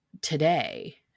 today